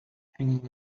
hanging